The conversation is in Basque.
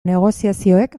negoziazioek